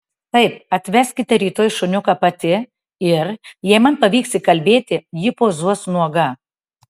taip atveskite rytoj šuniuką pati ir jei man pavyks įkalbėti ji pozuos nuoga